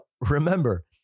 remember